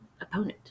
opponent